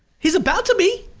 he's about to be.